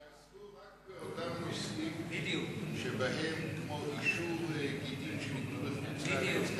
הם יעסקו רק בנושאים כמו אישור גטין שניתנו בחוץ-לארץ,